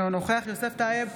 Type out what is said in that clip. אינו נוכח יוסף טייב,